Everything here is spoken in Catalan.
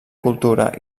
cultura